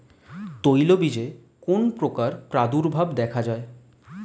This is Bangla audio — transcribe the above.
তৈলবীজে কোন পোকার প্রাদুর্ভাব দেখা যায়?